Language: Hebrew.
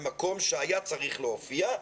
במקום שהיה צריך להופיע.